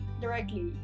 directly